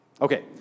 Okay